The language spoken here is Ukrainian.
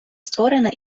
створена